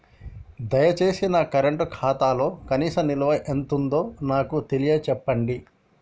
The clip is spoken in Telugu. దయచేసి నా కరెంట్ ఖాతాలో కనీస నిల్వ ఎంతుందో నాకు తెలియచెప్పండి